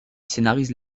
scénarise